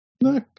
no